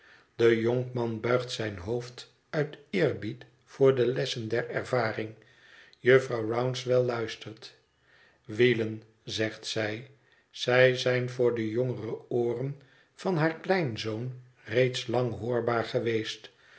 de jonkman buigt zijn hoofd uit eerbied voor de lessen der ervaring jufvrouw rouncewell luistert wielen zegt zij zij zijn voor de jongere ooren van haar kleinzoon reeds lang hoorbaar geweest